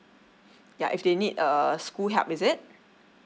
ya if they need a school help is it